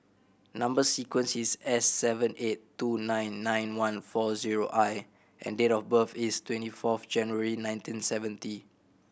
number sequence is S seven eight two nine nine one four zero I and date of birth is twenty fourth January nineteen seventy